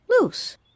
loose